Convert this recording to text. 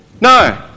No